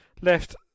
left